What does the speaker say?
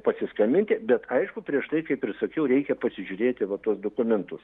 pasiskambinti bet aišku prieš tai kaip ir sakiau reikia pasižiūrėti va tuos dokumentus